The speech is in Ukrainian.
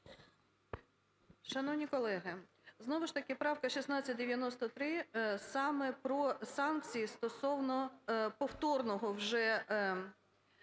Шановні колеги, знову ж таки правка 1693 саме про санкції стосовно повторного вже вчинення